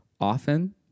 often